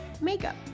makeup